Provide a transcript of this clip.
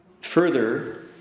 Further